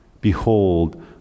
behold